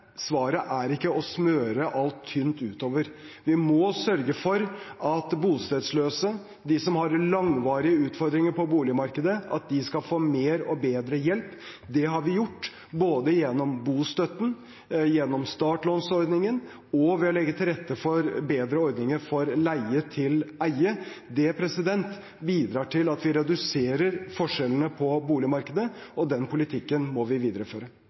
Svaret er ikke å smøre alt tynt utover. Vi må sørge for at bostedsløse, de som har langvarige utfordringer på boligmarkedet, skal få mer og bedre hjelp. Det har vi gjort, både gjennom bostøtten, gjennom startlånsordningen og ved å legge til rette for bedre ordninger for leie-til-eie. Det bidrar til at vi reduserer forskjellene på boligmarkedet, og den politikken må vi videreføre.